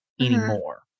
anymore